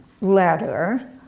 letter